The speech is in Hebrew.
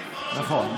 נכון,